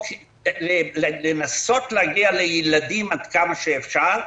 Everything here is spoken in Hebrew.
לנסות להגיע לילדים עד כמה שאפשר,